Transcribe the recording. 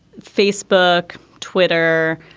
facebook, twitter.